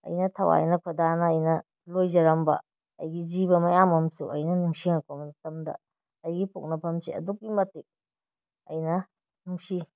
ꯑꯩꯅ ꯊꯋꯥꯏꯅ ꯈꯣꯏꯗꯥꯅ ꯑꯩꯅ ꯂꯣꯏꯖꯔꯝꯕ ꯑꯩꯒꯤ ꯖꯤꯕ ꯃꯌꯥꯝ ꯑꯃꯁꯨ ꯑꯩꯅ ꯅꯤꯡꯁꯤꯡꯉꯛꯄ ꯃꯇꯝꯗ ꯑꯩꯒꯤ ꯄꯣꯛꯅꯐꯝꯁꯦ ꯑꯗꯨꯛꯀꯤ ꯃꯇꯤꯛ ꯑꯩꯅ ꯅꯨꯡꯁꯤ